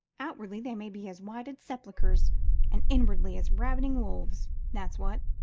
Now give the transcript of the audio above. outwardly they may be as whited sepulchers and inwardly as ravening wolves, that's what.